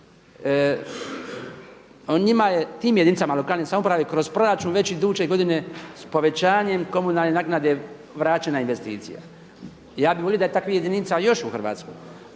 njima je, tim jedinicama lokalne samouprave kroz proračun već iduće godine s povećanjem komunalne naknade vraćena investicija. Ja bih volio da je takvih jedinica još u Hrvatskoj,